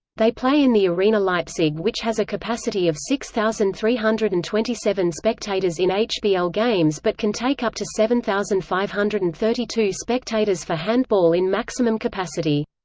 they play in the arena leipzig which has a capacity of six thousand three hundred and twenty seven spectators in hbl games but can take up to seven thousand five hundred and thirty two spectators for handball in maximum capacity.